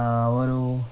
ಅವರು